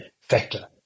factor